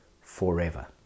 forever